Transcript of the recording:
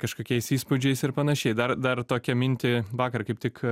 kažkokiais įspūdžiais ir panašiai dar dar tokią mintį vakar kaip tik